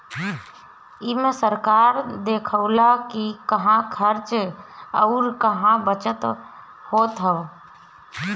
एमे सरकार देखऽला कि कहां खर्च अउर कहा बचत होत हअ